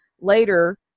later